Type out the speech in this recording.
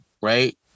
right